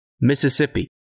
Mississippi